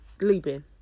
leaping